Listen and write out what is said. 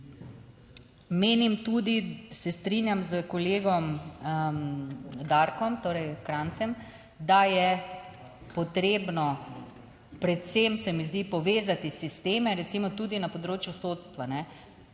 menim tudi, se strinjam s kolegom Darkom, torej Krajncem, da je potrebno predvsem se mi zdi povezati sisteme recimo tudi na področju sodstva.